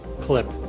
clip